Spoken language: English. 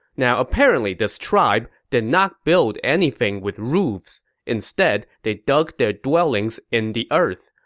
now, apparently this tribe did not build anything with roofs. instead, they dug their dwellings in the earth.